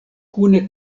kune